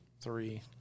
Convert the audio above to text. three